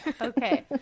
okay